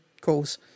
calls